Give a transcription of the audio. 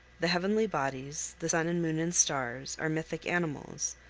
the heavenly bodies, the sun and moon and stars, are mythic animals,